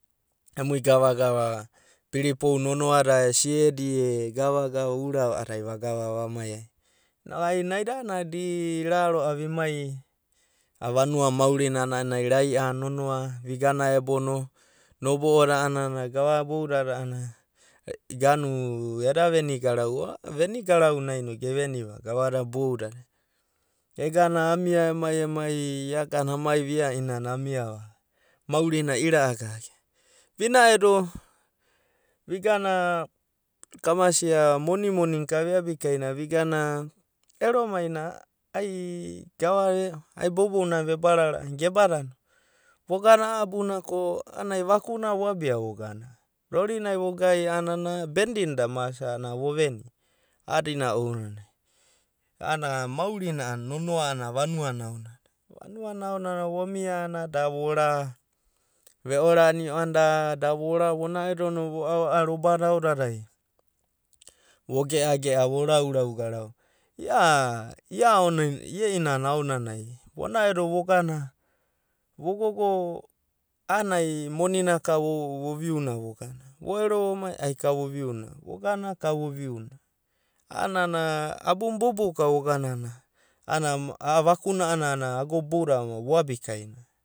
Emui gava gava piripou nonoada e siedi e gavagava urava a'adada ai vagava vamai. Ai naida a'ana da i raro'ava emai vanuana maurinana a'ana ai rai'a nonoa. Vigana ebono, nobo'o na a'ana gava boudadai a'anana eda veni garau. Veni garaunai no geveni ro'ava boudadai egana amia emai emai iagana amiva ia'inana amiava, maurina ira'agaga. Vina'edo vigana kamasia monimoni na ka viabikaina vigana ero maina ai gava ve'o ai boubounana vebara ra'ana gebanai. Vogana a'a abuna ko a'anai vakuna voabia vogana. Rorinai vogai a'anana bendinda mas a'ana voveni. A'adina ounanai a'ana maurina nonoa ko vanuana, vanuana aonanai vomia a'ana da vora, ve'orania a'ana da vora. Vona'edono vo'ao a'a robada aodadai vo ge'age'a vo raurau garau. Ia iaon ie'inana aonanai vona'edo vogana vogogo a'anai monina ka voviuna, vo'ero vomai ai ka voviuna. A'anana abun boubouka voganana a'ana a'a vakuna a'ana agoda boudadai voabikaina.